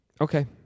Okay